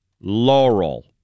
Laurel